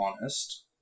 honest